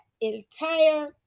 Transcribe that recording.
entire